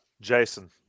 Jason